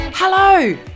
Hello